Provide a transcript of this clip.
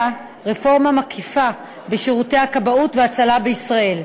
רפורמה מקיפה בשירותי הכבאות וההצלה בישראל.